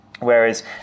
Whereas